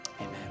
Amen